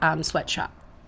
sweatshop